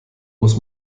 muss